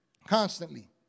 Constantly